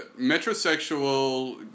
metrosexual